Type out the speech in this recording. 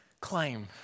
claim